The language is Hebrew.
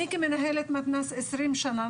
אני כמנהלת מתנ"ס 20 שנה,